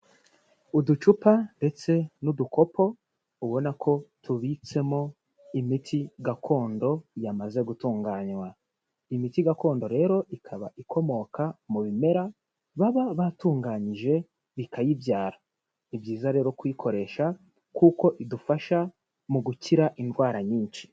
Uducupa ndetse n'udukopo ubona ko tubitsemo imiti gakondo yamaze gutunganywa. Imiti gakondo rero ikaba ikomoka mu bimera, baba batunganyije bikayibyara. Ni byiza rero kuyikoresha, kuko idufasha mu gukira indwara nyinshi.